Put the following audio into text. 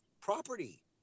property